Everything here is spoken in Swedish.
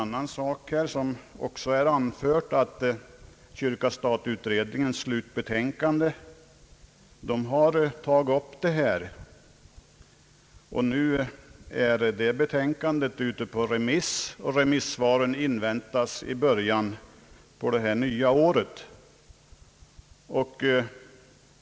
Nu har också kyrka—stat-utredningens slutbetänkande tagit upp detta. Betänkandet är ute på remiss, och svaren väntas in i början av nästa år.